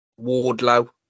Wardlow